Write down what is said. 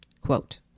Quote